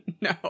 No